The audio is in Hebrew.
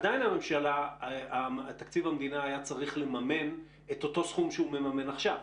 עדיין תקציב המדינה היה צריך לממן את אותו סכום שהוא מממן עכשיו,